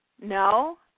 no